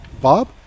bob